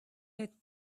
had